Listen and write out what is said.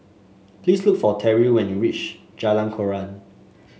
please look for Terrill when you reach Jalan Koran